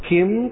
Kim